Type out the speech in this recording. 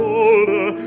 older